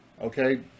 okay